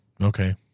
okay